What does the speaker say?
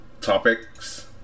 topics